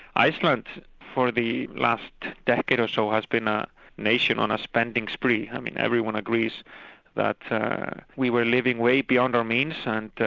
iceland for the last decade or so has been a nation on a spending spree, and everyone agrees that we were living way beyond our means ah and